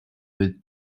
with